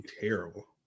terrible